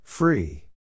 Free